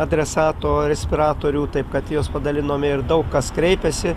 adresato respiratorių taip kad juos padalinome ir daug kas kreipėsi